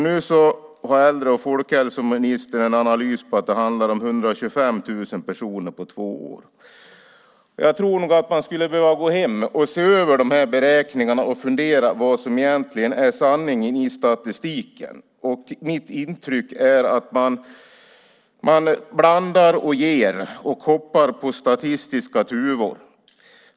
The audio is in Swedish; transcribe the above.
Nu har äldre och folkhälsoministern en analys på att det handlar om 125 000 personer på två år. Jag tror att man behöver gå hem och se över beräkningarna och fundera över vad som egentligen är sanningen i statistiken. Mitt intryck är att man blandar och ger och hoppar på statistiska tuvor.